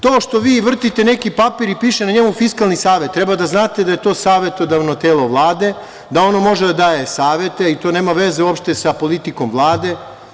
To što vi vrtite neki papir i piše na njemu Fiskalni savet treba da znate da je to savetodavno telo Vlade, da ono može da daje savete i to nema veze uopšte sa politikom Vlade.